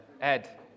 Ed